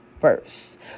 first